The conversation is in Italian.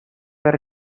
per